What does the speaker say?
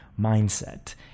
mindset